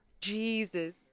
Jesus